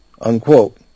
Unquote